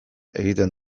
egiten